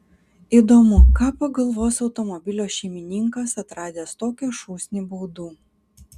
įdomu ką pagalvos automobilio šeimininkas atradęs tokią šūsnį baudų